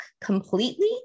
completely